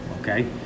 okay